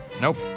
Nope